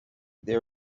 they